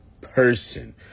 person